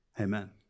Amen